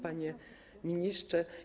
Panie Ministrze!